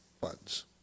funds